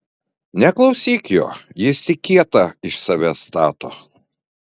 neklausyk jo jis tik kietą iš savęs stato